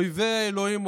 אויבי האלוהים.